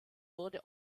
wurde